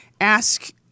ask